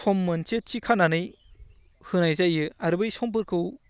सम मोनसे थि खानानै होनाय जायो आरो बै समफोरखौ